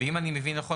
ואם אני מבין נכון,